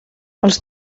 els